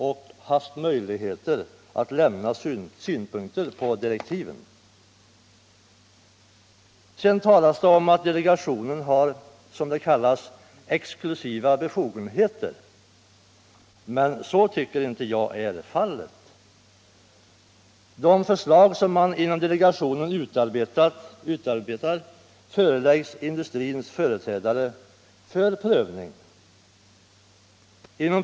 De har haft möjligheter att lämna synpunkter på direktiven. Det talas om att delegationen har ”exklusiva befogenheter”. Men så tycker inte jag är fallet. De förslag som delegationen utarbetar föreläggs industrins företrädare för prövning.